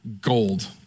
Gold